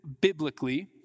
biblically